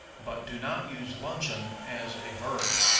but do not use luncheon as a verb.